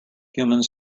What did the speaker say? humans